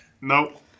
Nope